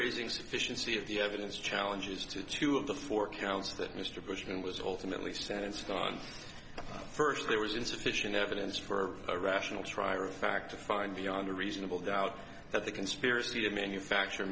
raising sufficiency of the evidence challenges to two of the four counts that mr bush and was ultimately sentenced on first there was insufficient evidence for a rational trier of fact to find beyond a reasonable doubt that the conspiracy to manufacture